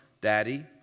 daddy